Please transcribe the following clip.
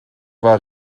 war